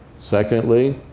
secondly,